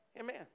Amen